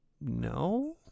no